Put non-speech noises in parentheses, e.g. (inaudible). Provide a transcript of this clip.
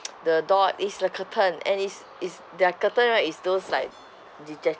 (noise) the door is a curtain and is is their curtain right is those like detach~